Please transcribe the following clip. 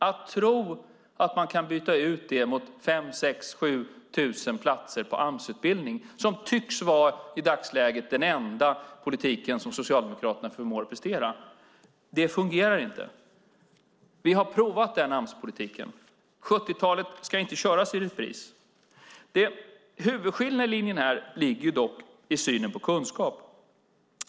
Att tro att man kan byta ut det mot 5 000, 6 000 eller 7 000 platser på Amsutbildning, som i dagsläget tycks vara den enda politik som Socialdemokraterna förmår prestera, fungerar inte. Vi har provat den Amspolitiken. 70-talet ska inte köras i repris. Den huvudsakliga skiljelinjen ligger dock i synen på kunskap.